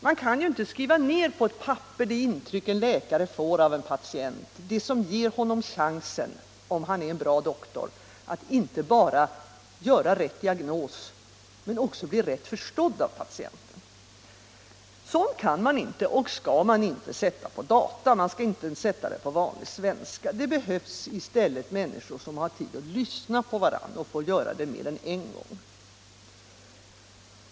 Man kan ju inte skriva ned på ett papper det intryck en läkare får av sin patient, det som ger honom chansen — om han är en bra doktor — att inte bara ställa rätt diagnos utan att också bli rätt förstådd av patienten. Sådant kan man inte och skall man inte sätta på data. Man skall inte sätta det ens på vanlig svenska. Det behövs i stället människor som har tid att lyssna på varann och får göra det mer än en gång.